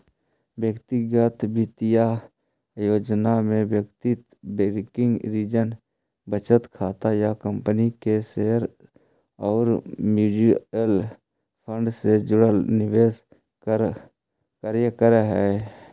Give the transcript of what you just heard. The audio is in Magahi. व्यक्तिगत वित्तीय योजना में व्यक्ति बैंकिंग, ऋण, बचत खाता या कंपनी के शेयर आउ म्यूचुअल फंड से जुड़ल निवेश कार्य करऽ हइ